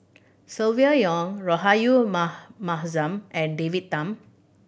Silvia Yong Rahayu Ma Mahzam and David Tham